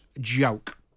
joke